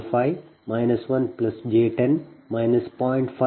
5j5 1j10 0